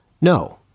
no